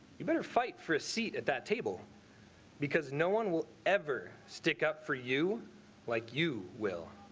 you better fight for a seat at that table because no one will ever stick up for you like you will